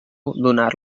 donar